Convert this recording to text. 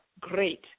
great